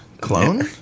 Clone